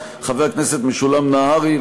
חבר הכנסת משולם נהרי,